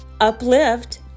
uplift